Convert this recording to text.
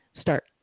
start